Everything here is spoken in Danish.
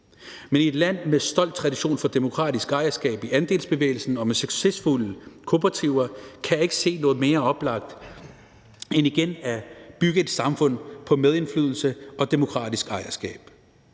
men i et land med stolt tradition for demokratisk ejerskab i andelsbevægelsen og med succesfulde kooperativer kan jeg ikke se noget mere oplagt end igen at bygge et samfund på medindflydelse og demokratisk ejerskab.